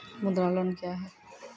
मुद्रा लोन क्या हैं?